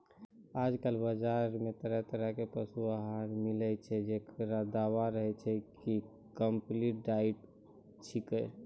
आजकल बाजार मॅ तरह तरह के पशु आहार मिलै छै, जेकरो दावा रहै छै कि कम्पलीट डाइट छेकै